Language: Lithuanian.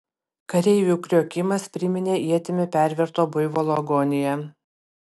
kareivių kriokimas priminė ietimi perverto buivolo agoniją